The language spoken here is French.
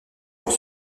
pour